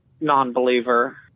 non-believer